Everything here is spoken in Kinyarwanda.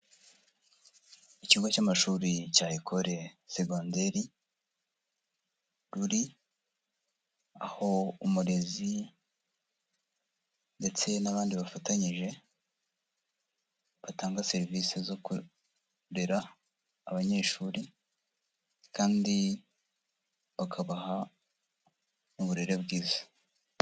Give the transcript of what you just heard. Ikigo cy'amashuri cya Ecole secondaire Ruri, aho umurezi ndetse n'abandi bafatanyije batanga serivisi zo kurera abanyeshuri kandi bakabaha n'uburere bwiza.